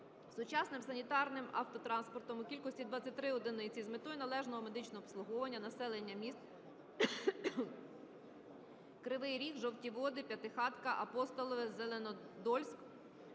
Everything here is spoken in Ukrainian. сучасним санітарним автотранспортом у кількості 23 одиниці з метою належного медичного обслуговування населення міст Кривий Ріг, Жовті Води, П'ятихатки, Апостолове, Зеленодольськ,